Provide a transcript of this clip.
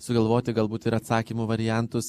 sugalvoti galbūt ir atsakymų variantus